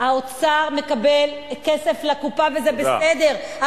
האוצר מקבל כסף לקופה, וזה בסדר.